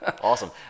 Awesome